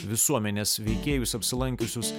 visuomenės veikėjus apsilankiusius